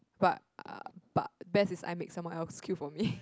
but uh but best is I make someone else queue for me